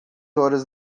horas